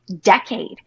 decade